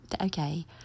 okay